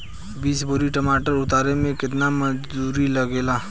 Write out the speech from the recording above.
बीस बोरी टमाटर उतारे मे केतना मजदुरी लगेगा?